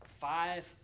five